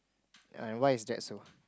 ya and why is that so